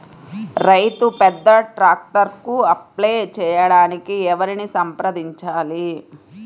రైతు పెద్ద ట్రాక్టర్కు అప్లై చేయడానికి ఎవరిని సంప్రదించాలి?